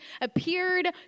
appeared